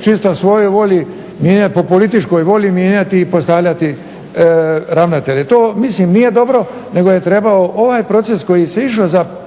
čisto po svojoj volji mijenjati po političkoj volji mijenjati i postavljati ravnatelja. To mislim nije dobro nego je trebao ovaj proces kojim se išlo za